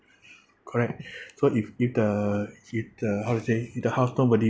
correct so if if the if the how to say the house nobody